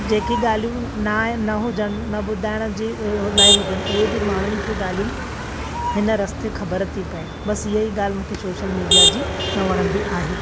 जेकी ॻाल्हियूं ना आहिनि न हुजनि न ॿुधाइण जी लाइक़ हुजनि उहे बि माण्हुनि खे ॻाल्हियूं हिन रस्ते ख़बर थी पिए बसि इहा ई ॻाल्हि मूंखे सोशल मीडिया जी न वणंदी आहे